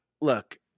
Look